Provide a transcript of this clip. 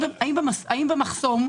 החייל במחסום,